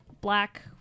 black